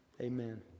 amen